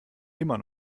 immer